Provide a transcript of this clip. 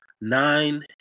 nine